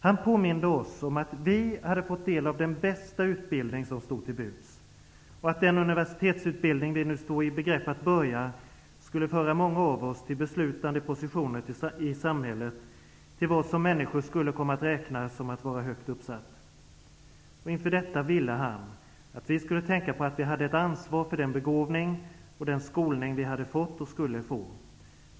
Han påminde oss om att vi hade fått del av den bästa utbildning som stod till buds och sade att den universitetsutbildning som vi stod i begrepp att påbörja skulle föra många av oss fram till beslutande positioner i samhället, till vad som människor skulle komma att räkna som högt uppsatta poster. Inför detta ville han att vi skulle tänka på att vi hade ett ansvar för den begåvning och den skolning som vi hade fått och skulle få.